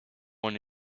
one